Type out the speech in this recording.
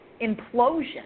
implosion